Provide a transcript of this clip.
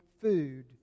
food